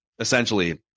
Essentially